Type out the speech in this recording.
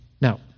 Now